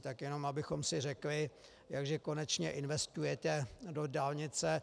Tak jenom abychom si řekli, jak že konečně investujete do dálnice.